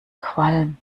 qualm